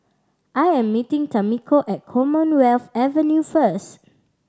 I am meeting Tamiko at Commonwealth Avenue first